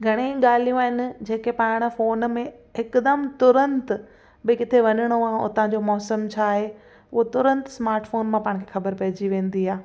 घणेई ॻाल्हियूं आहिनि जेके पाण फोन में हिकदमु तुरंत बि किथे वञिणो आहे हुतां जो मौसम छा आहे उहो तुरंत स्माटफोन मां पान खे ख़बर पइजी वेंदी आहे